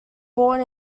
born